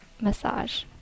Massage